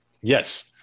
Yes